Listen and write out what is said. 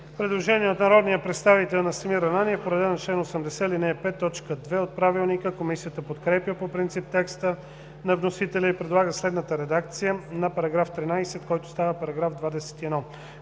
Предложение от народния представител Настимир Ананиев по реда на чл. 80, ал. 5, т. 2 от Правилника. Комисията подкрепя по принцип текста на вносителя и предлага следната редакция на § 13, който става § 21: „§ 21.